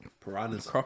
Piranhas